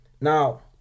Now